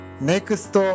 Next